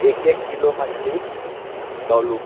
एक एक किलो मछली तौलू